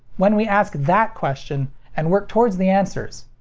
when we ask that question and work towards the answers,